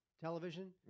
television